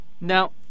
Now